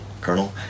Colonel